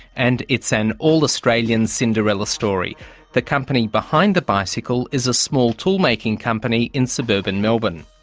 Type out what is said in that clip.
and it's an all-australian, cinderella story the company behind the bicycle is a small toolmaking company in suburban melbourne.